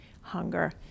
hunger